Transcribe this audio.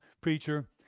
preacher